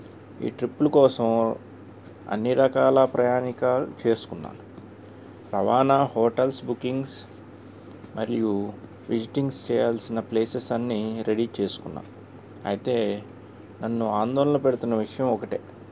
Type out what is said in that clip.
ఈ ట్రిప్లు కోసం అన్నీ రకాల ప్రయాణిికా చేసుకున్నాను రవాణా హోటల్స్ బుకింగ్స్ మరియు విజిటింగ్స్ చేయాల్సిన ప్లేసెస్ అన్నీ రెడీ చేసుకున్నా అయితే నన్ను ఆందోళన పెడుతున్న విషయం ఒకటే